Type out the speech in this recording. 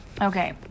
Okay